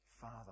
father